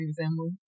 family